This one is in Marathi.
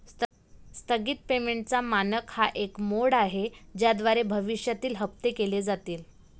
स्थगित पेमेंटचा मानक हा एक मोड आहे ज्याद्वारे भविष्यातील हप्ते केले जातील